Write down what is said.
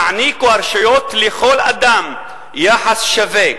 יעניקו הרשויות לכל אדם יחס שווה,